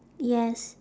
yes